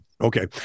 Okay